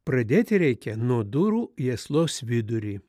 pradėti reikia nuo durų į aslos vidurį